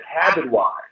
habit-wise